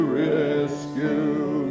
rescue